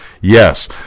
Yes